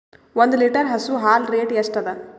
ಒಂದ್ ಲೀಟರ್ ಹಸು ಹಾಲ್ ರೇಟ್ ಎಷ್ಟ ಅದ?